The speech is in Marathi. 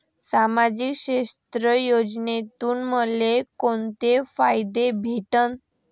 सामाजिक क्षेत्र योजनेतून मले कोंते फायदे भेटन?